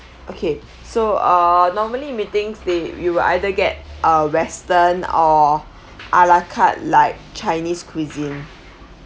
okay so uh normally meetings they you'll either get our western or a la carte like chinese cuisine